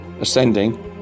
ascending